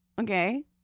okay